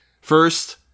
First